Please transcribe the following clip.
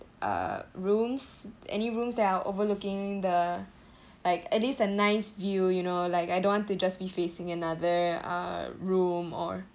uh rooms any rooms there are overlooking the like at least a nice view you know like I don't want to just be facing another uh room or